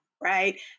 right